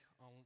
on